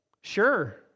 sure